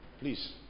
Please